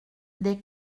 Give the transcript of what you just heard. des